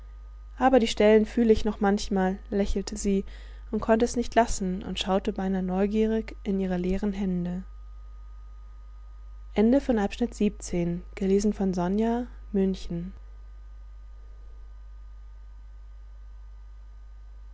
aber die stellen fühl ich noch manchmal lächelte sie und konnte es nicht lassen und schaute beinah neugierig in ihre leeren hände